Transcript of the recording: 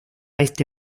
este